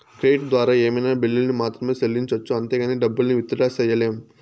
credit ద్వారా ఏమైనా బిల్లుల్ని మాత్రమే సెల్లించొచ్చు అంతేగానీ డబ్బుల్ని విత్ డ్రా సెయ్యలేం